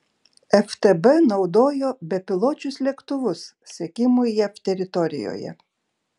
ftb naudojo bepiločius lėktuvus sekimui jav teritorijoje